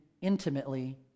intimately